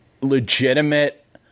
legitimate